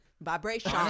Vibration